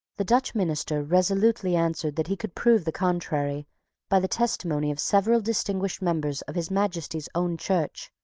the dutch minister resolutely answered that he could prove the contrary by the testimony of several distinguished members of his majesty's own church,